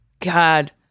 God